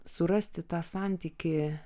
surasti tą santykį